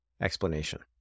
explanation